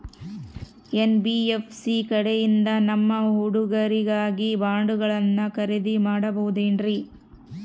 NBFC ಕಡೆಯಿಂದ ನಮ್ಮ ಹುಡುಗರಿಗಾಗಿ ಬಾಂಡುಗಳನ್ನ ಖರೇದಿ ಮಾಡಬಹುದೇನ್ರಿ?